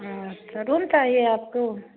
हाँ अच्छा रूम चाहिए आपको